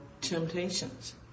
temptations